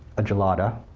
a gelada,